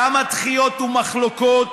כמה דחיות ומחלוקות,